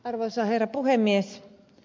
arvoisa herra puhemies